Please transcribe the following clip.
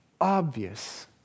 obvious